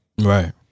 Right